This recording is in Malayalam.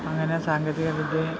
അങ്ങനെ സാങ്കേതികവിദ്യയും